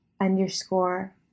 underscore